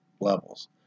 levels